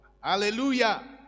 Hallelujah